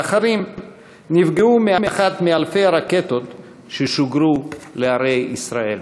ואחרים נפגעו מאחת מאלפי הרקטות ששוגרו אל ערי ישראל.